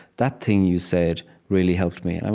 that thing you said really helped me. and i